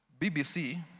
BBC